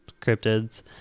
cryptids